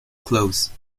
close